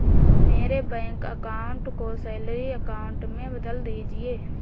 मेरे bank account को salary account में बदल दीजिए